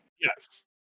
yes